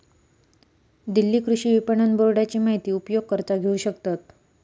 दिल्ली कृषि विपणन बोर्डाची माहिती उपयोगकर्ता घेऊ शकतत